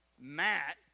Matt